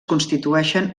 constitueixen